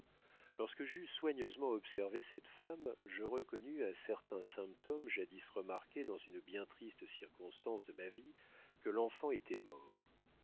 lorsque j'eus soigneusement observé cette femme je reconnus à certains symptômes jadis remarqués dans une bien triste circonstance de ma vie que l'enfant était mort